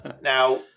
now